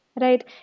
right